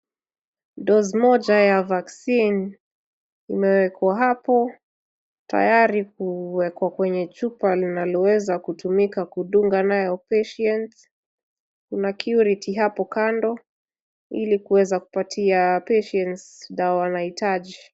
Doze moja ya vaccine imewekwa hapo, tayari kuwekwa kwenye chupa linaloweza kutumika kudunga nayo patients . Kuna curiry hapo kando ili kuweza kupatia patients dawa wanaitaji.